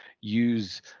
use